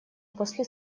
после